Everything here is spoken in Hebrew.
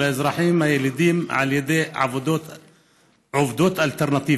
האזרחים הילידים על ידי עובדות אלטרנטיביות.